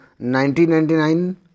1999